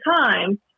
time